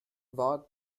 war